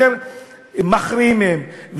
יותר מכריעים מהם.